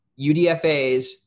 UDFAs